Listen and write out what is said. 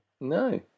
No